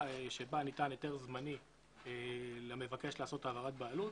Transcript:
בה ניתן היתר זמני למבקש לעשות העברת בעלות.